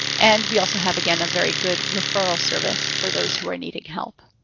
and we also have, again, a very good referral service for those who are needing help.